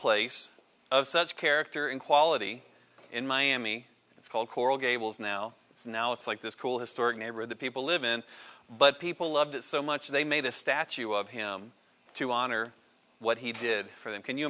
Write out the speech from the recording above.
place of such character in quality in miami it's called coral gables now it's now it's like this cool historic neighborhood that people live in but people loved it so much they made a statue of him to honor what he did for them can you